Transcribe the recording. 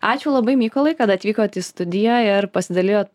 ačiū labai mykolai kad atvykot į studiją ir pasidalijot